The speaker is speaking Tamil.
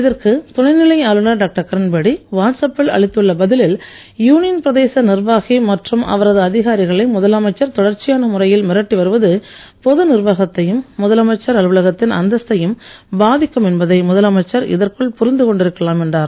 இதற்கு துணைநிலை ஆளுநர் டாக்டர் கிரண்பேடி வாட்ஸ் அப்பில் அளித்துள்ள பதிலில் யூனியன் பிரதேச நிர்வாகி மற்றும் அவரது அதிகாரிகளை முதலமைச்சர் தொடர்ச்சியான முறையில் மிரட்டி வருவது பொது நிர்வாகத்தையும் முதலமைச்சர் அலுவலகத்தின் அந்தஸ்தையும் பாதிக்கும் என்பதை முதலமைச்சர் இதற்குள் புரிந்து கொண்டிருக்கலாம் என்றார்